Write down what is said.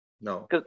No